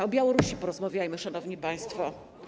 O Białorusi porozmawiajmy, szanowni państwo.